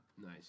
Nice